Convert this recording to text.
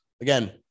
again